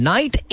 Night